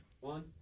one